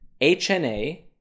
HNA